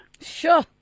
Sure